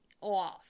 off